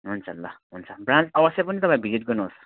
हुन्छ ल हुन्छ ब्रान्च अवश्य पनि तपाईँ भिजिट गर्नुहोस्